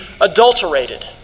adulterated